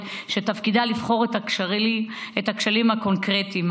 שתפקידה לבחון את הכשלים הקונקרטיים,